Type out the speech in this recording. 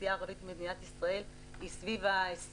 האוכלוסייה הערבית במדינת ישראל היא סביב 20%,